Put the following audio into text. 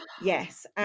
Yes